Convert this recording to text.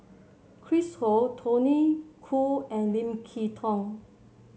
Chris Ho Tony Khoo and Lim Kay Tong